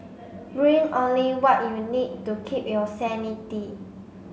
bring only what you need to keep your sanity